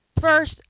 First